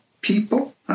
people